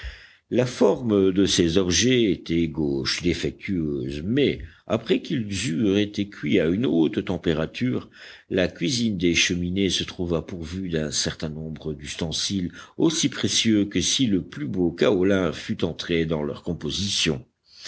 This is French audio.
la forme de ces objets était gauche défectueuse mais après qu'ils eurent été cuits à une haute température la cuisine des cheminées se trouva pourvue d'un certain nombre d'ustensiles aussi précieux que si le plus beau kaolin fût entré dans leur composition